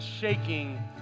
shaking